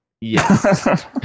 yes